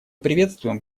приветствуем